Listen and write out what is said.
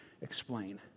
explain